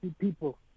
people